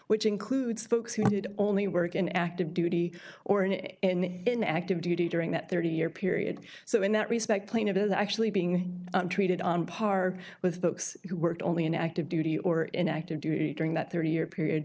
which includes folks who only work in active duty or in it and in active duty during that thirty year period so in that respect plain it is actually being treated on par with folks who work only in active duty or in active duty during that thirty year period